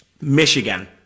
Michigan